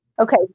Okay